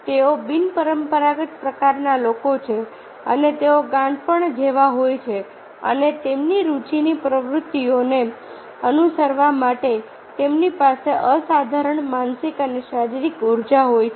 તેઓ બિનપરંપરાગત પ્રકારના લોકો છે અને તેઓ ગાંડપણ જેવા હોય છે અને તેમની રુચિની પ્રવૃત્તિને અનુસરવા માટે તેમની પાસે અસાધારણ માનસિક અને શારીરિક ઊર્જા હોય છે